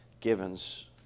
Givens